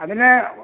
അതിന്